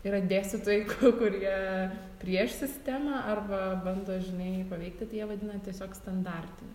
yra dėstytojai ku kurie prieš sistemą arba bando žinai paveikti tai jie vadina tiesiog standartine